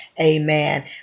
Amen